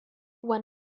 when